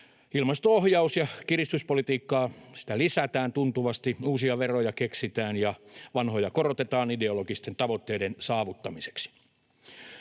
ilmasto-ohjausta ja kiristyspolitiikkaa lisätään tuntuvasti, uusia veroja keksitään ja vanhoja korotetaan ideologisten tavoitteiden saavuttamiseksi,